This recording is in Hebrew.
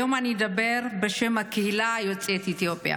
היום אדבר בשם הקהילה יוצאת אתיופיה.